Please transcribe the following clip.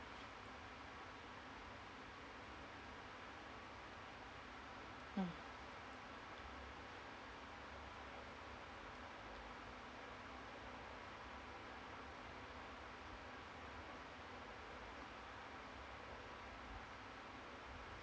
mm